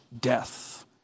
death